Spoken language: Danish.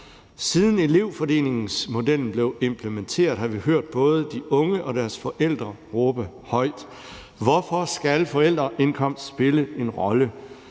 Siden elevfordelingsmodellen blev implementeret, har vi hørt både de unge og deres forældre råbe højt: Hvorfor skal forældreindkomst spille en rolle?